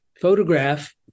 photograph